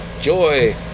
Joy